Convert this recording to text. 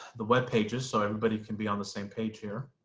the webpages so everybody can be on the same page here.